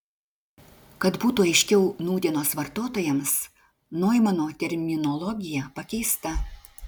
kad būtų aiškiau nūdienos vartotojams noimano terminologija pakeista